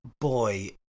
boy